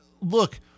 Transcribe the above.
look